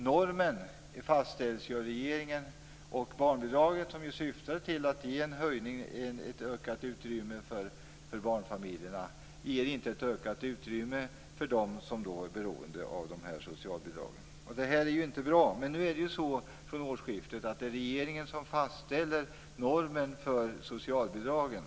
Normen fastställs nämligen av regeringen, och barnbidraget, som ju syftade till att ge ett ökat utrymme för barnfamiljerna, ger inte ett ökat utrymme för dem som är beroende av socialbidrag. Det här är inte bra. Från årsskiftet är det alltså regeringen som fastställer normen för socialbidragen.